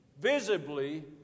visibly